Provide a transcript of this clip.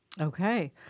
Okay